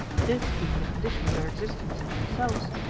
this being the condition of their existence in themselves,